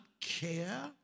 care